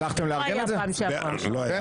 ברגע